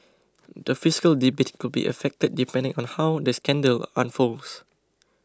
the fiscal debate could be affected depending on how the scandal unfolds